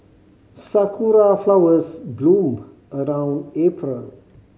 sakura flowers bloom around April